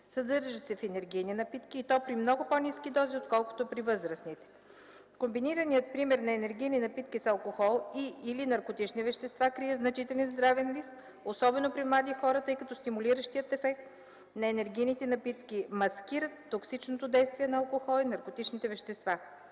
(съдържащ се в енергийни напитки) и то при много по-ниски дози, отколкото при възрастните. Комбинираният прием на енергийни напитки с алкохол и/или наркотични вещества крие значителен здравен риск, особено при млади хора, тъй като стимулиращият ефект на енергийните напитки „маскира” токсичното действие на алкохола и наркотичните вещества.